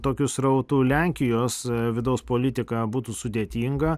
tokių srautų lenkijos vidaus politiką būtų sudėtinga